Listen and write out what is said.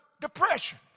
depression